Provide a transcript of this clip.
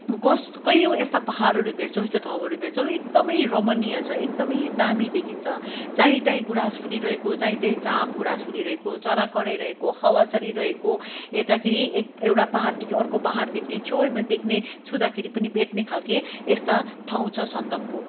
कस कैयौँ यस्ता पाहाडहरू भेट्छौँ यस्ता ठाउँहरू भेट्छौँ एकदमै रमणीय छ एकदमै दामी देखिन्छ जहीँतहीँ गुराँस फुलिरहेको जहीँतहीँ चाप गुराँस फुलिरहेको चरा कराइरहेको हावा चलिरहेको हेर्दाखेरि एक एउटा पाहाडदेखि अर्को पाहाड देख्ने छेवैमा देख्ने छुँदाखेरि पनि भेट्ने खालको यस्ता ठाउँ छ सन्दकपू